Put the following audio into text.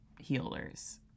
healers